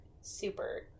super